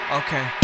okay